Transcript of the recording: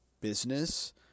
business